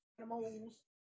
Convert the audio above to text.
animals